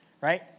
right